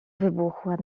wybuchła